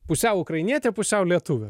pusiau ukrainietė pusiau lietuvė